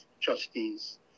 trustees